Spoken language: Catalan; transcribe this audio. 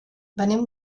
venim